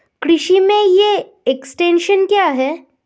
कृषि में e extension क्या है?